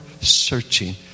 searching